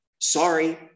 Sorry